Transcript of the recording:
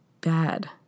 bad